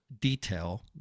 detail